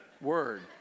word